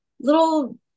little